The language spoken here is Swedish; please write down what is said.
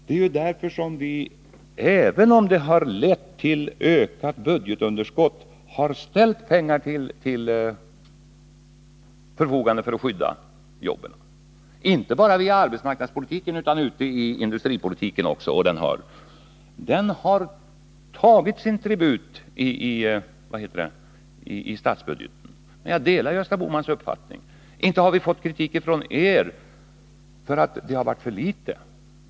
Det är därför vi, även om det har lett till ökat budgetunderskott, har ställt pengar till förfogande för att skydda jobben —- inte bara via arbetsmarknadspolitiken utan också via industripolitiken. Det har tagit sin tribut i statsbudgeten. Men jag delar Gösta Bohmans uppfattning, att inte har vi fått kritik från er för att det har satsats för mycket.